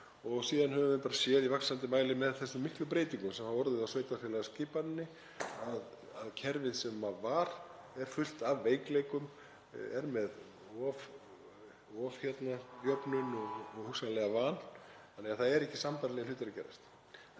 Síðan höfum við séð í vaxandi mæli með þessum miklu breytingum sem hafa orðið á sveitarfélagaskipaninni að kerfið sem var er fullt af veikleikum, er með ofjöfnun og hugsanlega vanjöfnun þannig að það eru ekki sambærilegir hlutir að gerast.